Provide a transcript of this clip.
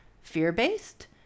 fear-based